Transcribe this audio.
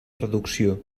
reducció